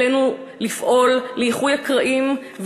עלינו לפעול לאיחוי הקרעים,